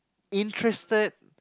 interested